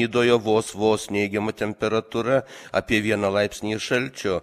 nidoje vos vos neigiama temperatūra apie vieną laipsnį šalčio